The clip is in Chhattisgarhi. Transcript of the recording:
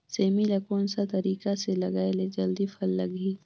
सेमी ला कोन सा तरीका से लगाय ले जल्दी फल लगही?